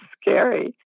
scary